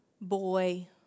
boy